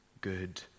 good